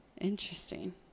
Interesting